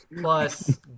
Plus